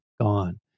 gone